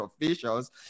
officials